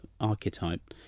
archetype